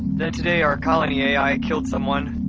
then today our colony a i. killed someone.